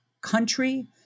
country